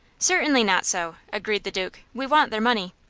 certainly not so, agreed the duke. we want their money.